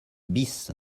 bis